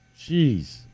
Jeez